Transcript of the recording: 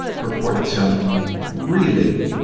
recorded some really,